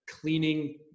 cleaning